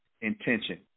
intention